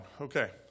Okay